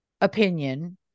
opinion